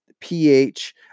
pH